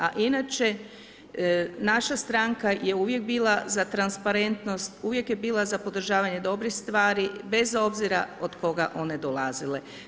A inače naša stranka je uvijek bila za transparentnost, uvijek je bila za podržavanje dobrih stvari bez obzira od koga one dolazile.